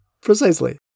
Precisely